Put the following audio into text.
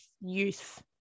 youth